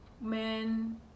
men